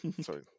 Sorry